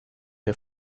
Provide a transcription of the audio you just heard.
der